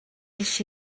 nes